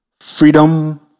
Freedom